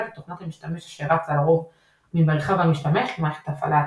את תוכנת המשתמש אשר רצה לרוב ממרחב המשתמש למערכת ההפעלה עצמה.